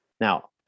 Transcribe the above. now